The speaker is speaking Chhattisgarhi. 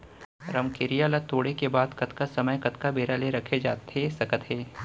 रमकेरिया ला तोड़े के बाद कतका समय कतका बेरा ले रखे जाथे सकत हे?